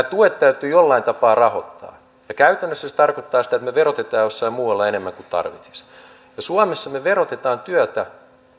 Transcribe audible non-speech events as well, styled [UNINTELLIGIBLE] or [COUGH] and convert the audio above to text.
[UNINTELLIGIBLE] tuet täytyy jollain tapaa rahoittaa ja käytännössä se tarkoittaa sitä että me verotamme jossain muualla enemmän kuin tarvitsisi ja suomessa me verotamme työtä